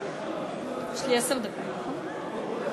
יש לי עשר דקות, נכון?